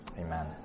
amen